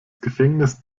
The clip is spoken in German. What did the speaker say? gefängnis